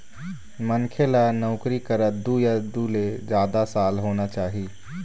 मनखे ल नउकरी करत दू या दू ले जादा साल होना चाही